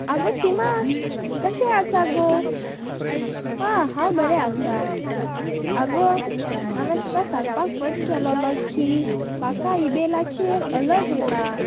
आगो सिमा कशें आसा गो हां हांव बरें आसा आगो हांवें तुका सांगपाक फोन केलोलो की म्हाका ईमेलाचेर अलर्ट येयला